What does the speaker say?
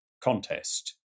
contest